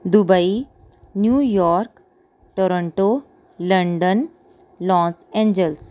Dubai New York Toronto London Los Angeles